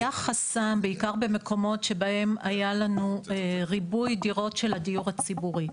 זה היה חסם בעיקר במקומות שבהם היה לנו ריבוי דירות של הדיור הציבורי.